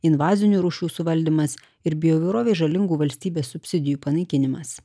invazinių rūšių suvaldymas ir bijo įvairovė žalingų valstybės subsidijų panaikinimas